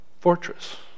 fortress